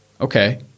okay